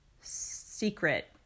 secret